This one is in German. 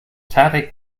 tarek